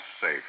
safe